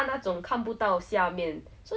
maybe so like err